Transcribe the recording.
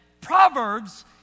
Proverbs